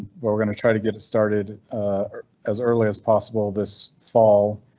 we're we're going to try to get it started as early as possible this fall,